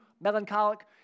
melancholic